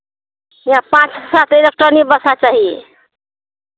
या पाँच सात हज़ार तो नहीं बसा चाहिए